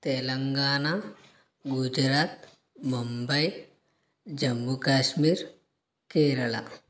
Telangana Gujarat Mumbai Jammu Kashmir Kerala